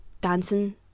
dancing